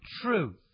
truth